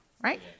right